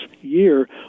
year